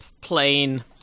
plane